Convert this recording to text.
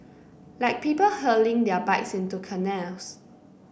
like people hurling their bikes into canals